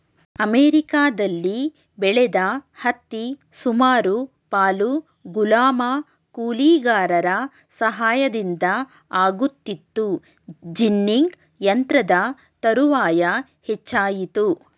ಅಮೆರಿಕದಲ್ಲಿ ಬೆಳೆದ ಹತ್ತಿ ಸುಮಾರು ಪಾಲು ಗುಲಾಮ ಕೂಲಿಗಾರರ ಸಹಾಯದಿಂದ ಆಗುತ್ತಿತ್ತು ಜಿನ್ನಿಂಗ್ ಯಂತ್ರದ ತರುವಾಯ ಹೆಚ್ಚಾಯಿತು